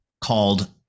called